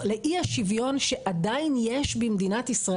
לאי השוויון שעדיין יש במדינת ישראל.